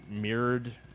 mirrored